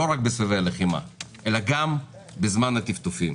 לא רק בסבבי הלחימה אלא גם בזמן הטפטופים.